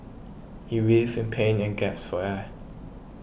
he writhed in pain and gasped for air